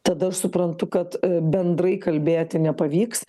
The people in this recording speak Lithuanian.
tada aš suprantu kad bendrai kalbėti nepavyks